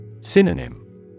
Synonym